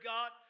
God